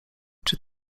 czy